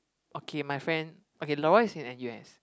okay my friend okay Lawrence is in N_U_S